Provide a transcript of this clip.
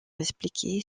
expliquer